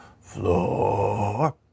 floor